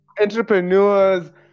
entrepreneurs